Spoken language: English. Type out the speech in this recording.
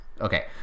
Okay